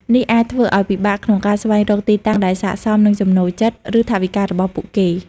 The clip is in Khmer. នេះអាចធ្វើឲ្យពិបាកក្នុងការស្វែងរកទីតាំងដែលស័ក្តិសមនឹងចំណូលចិត្ត ឬថវិការបស់ពួកគេ។